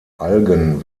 algen